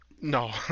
No